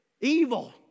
evil